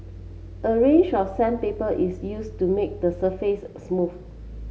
a range of sandpaper is used to make the surface smooth